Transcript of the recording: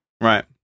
Right